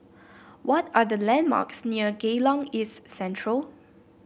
what are the landmarks near Geylang East Central